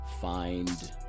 find